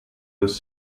was